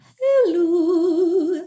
Hello